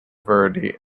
verdi